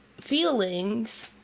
feelings